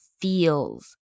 feels